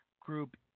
Group